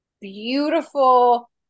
beautiful